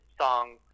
Song